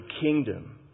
kingdom